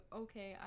okay